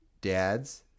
dads